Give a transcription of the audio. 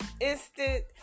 instant